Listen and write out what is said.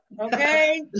Okay